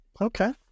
Okay